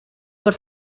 por